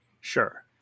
Sure